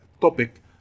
topic